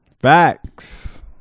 facts